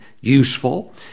useful